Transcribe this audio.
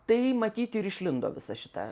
tai matyt ir išlindo visa šita